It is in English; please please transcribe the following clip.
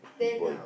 Rotiboy